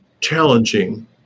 challenging